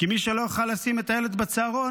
כי מי שלא יוכל לשים את הילד בצהרון,